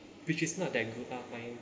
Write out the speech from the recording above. which is not that good ah my